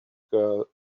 girl